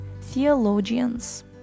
theologians